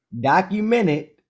documented